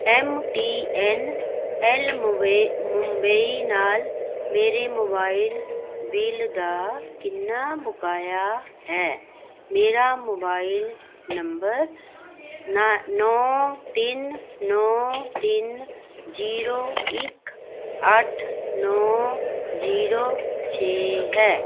M T N L Mumbai ਨਾਲ ਮੇਰੇ mobile bill ਦਾ ਕਿੰਨਾ ਬਕਾਇਆ ਹੈ ਮੇਰਾ ਮੋਬਾਈਲ ਨੰਬਰ ਨੌਂ ਤਿੰਨ ਨੌਂ ਤਿੰਨ ਜੀਰੋ ਇੱਕ ਅੱਠ ਨੌਂ ਜੀਰੋ ਛੇ ਹੈ